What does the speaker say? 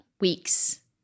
weeks